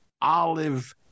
Olive